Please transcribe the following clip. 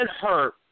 hurt